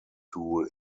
tool